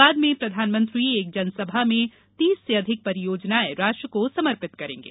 बाद में प्रधानमंत्री एक जनसभा में तीस से अधिक परियोजनाएं राष्ट्र को समर्पित करेंगे